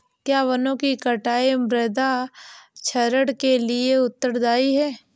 क्या वनों की कटाई मृदा क्षरण के लिए उत्तरदायी है?